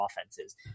offenses